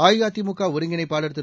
அஇஅதிமுக ஒருங்கிணைப்பாளர் திரு